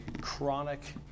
chronic